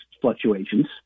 fluctuations